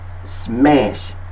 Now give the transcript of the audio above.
smash